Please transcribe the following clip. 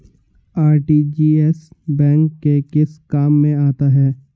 RTGS bank के किस काम में आता है?